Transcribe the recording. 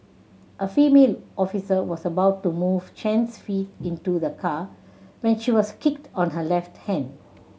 a female officer was about to move Chen's feet into the car when she was kicked on her left hand